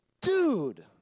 dude